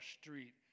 street